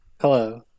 Hello